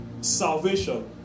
salvation